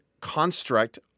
construct